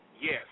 Yes